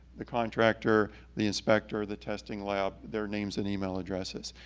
the contractor, the inspector, the testing lab, their names and email addresses.